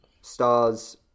stars